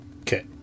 Okay